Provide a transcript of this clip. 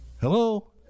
Hello